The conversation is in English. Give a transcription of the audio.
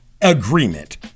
agreement